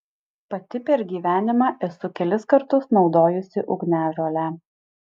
pati per gyvenimą esu kelis kartus naudojusi ugniažolę